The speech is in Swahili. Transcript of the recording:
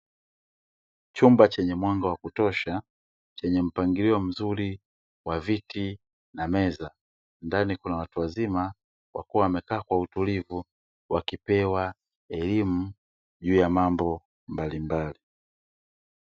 Chumba chenye mwanga wa kutosha chenye mpangilio mzuri wa viti na meza, ndani kuna watu wazima wakiwa wamekaa kwa utulivu wakipewa elimu juu ya mambo mbalimbali.